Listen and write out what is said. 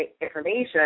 information